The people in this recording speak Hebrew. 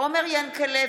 עומר ינקלביץ'